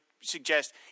suggest